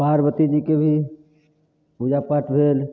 पार्वती जीके भी पूजा पाठ भेल